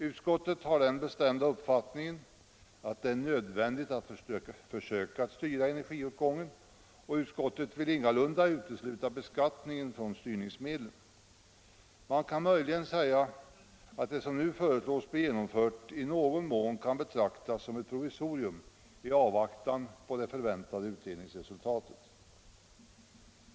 Utskottet har den bestämda uppfattningen att det är nödvändigt att försöka styra energiåtgången, och utskottet vill ingalunda utesluta beskattningen från styrningsmedlen. Man kan möjligen säga att det som nu föreslås bli genomfört i någon mån kan betraktas som ett provisorium i avvaktan på det förväntade utredningsresultatet.